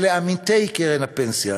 אלה עמיתי קרן הפנסיה.